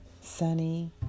sunny